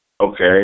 Okay